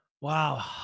Wow